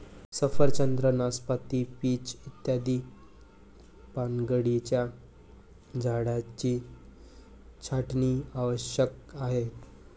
सफरचंद, नाशपाती, पीच इत्यादी पानगळीच्या झाडांची छाटणी आवश्यक आहे